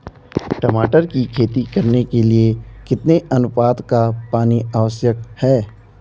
टमाटर की खेती करने के लिए कितने अनुपात का पानी आवश्यक है?